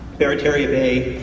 berry terre bay